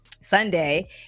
Sunday